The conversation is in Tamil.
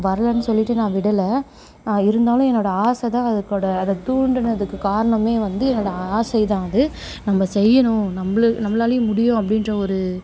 வரலைனு சொல்லிவிட்டு நான் விடலை இருந்தாலும் என்னோடய ஆசை தான் அதுக்கோடய அதை தூண்டினதுக்குக் காரணமே வந்து என்னோடய ஆசைதான் அது நம்ம செய்யணும் நம்ம நம்மளாலயும் முடியும் அப்படீன்ற ஒரு